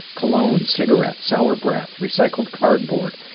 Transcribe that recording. cologne, cigarettes, sour breath, recycled cardboard.